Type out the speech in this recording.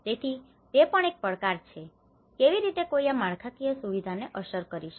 તેથી તે પણ એક પડકાર છે કેવી રીતે કોઈ આ માળખાકીય સુવિધાને અસર કરી શકે